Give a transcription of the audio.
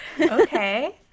Okay